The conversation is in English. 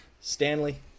Stanley